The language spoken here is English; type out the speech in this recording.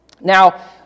Now